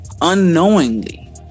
Unknowingly